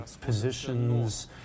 positions